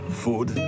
food